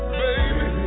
baby